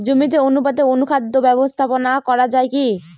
জমিতে অনুপাতে অনুখাদ্য ব্যবস্থাপনা করা য়ায় কি?